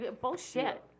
Bullshit